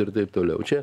ir taip toliau čia